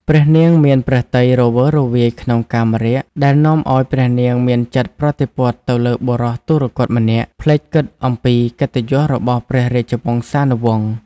ព្រះនាងមានព្រះទ័យរវើរវាយក្នុងកាមរាគ ដែលនាំឲ្យព្រះនាងមានចិត្តប្រតិព័ទ្ធទៅលើបុរសទុគ៌តម្នាក់ ភ្លេចគិតអំពីកិត្តិយសរបស់ព្រះរាជវង្សានុវង្ស ។